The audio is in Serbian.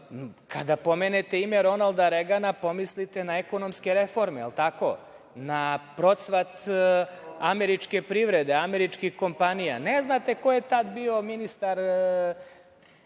Kada pomenete ime Ronalda Regana, pomislite na ekonomske reforme, da li je tako, na procvat američke privrede, američkih kompanija, ne znate ko je tada bio ministar